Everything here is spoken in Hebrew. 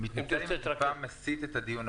מסיט את הדיון,